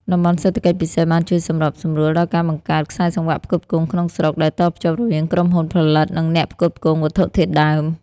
តំបន់សេដ្ឋកិច្ចពិសេស បានជួយសម្របសម្រួលដល់ការបង្កើត "ខ្សែសង្វាក់ផ្គត់ផ្គង់ក្នុងស្រុក" ដោយតភ្ជាប់រវាងក្រុមហ៊ុនផលិត និងអ្នកផ្គត់ផ្គង់វត្ថុធាតុដើម។